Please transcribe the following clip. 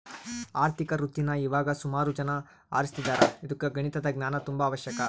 ಆರ್ಥಿಕ ವೃತ್ತೀನಾ ಇವಾಗ ಸುಮಾರು ಜನ ಆರಿಸ್ತದಾರ ಇದುಕ್ಕ ಗಣಿತದ ಜ್ಞಾನ ತುಂಬಾ ಅವಶ್ಯಕ